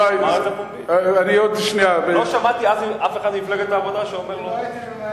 לא שמעתי אף אחד ממפלגת העבודה שאומר לא.